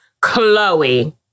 Chloe